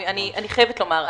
אני חייבת לומר,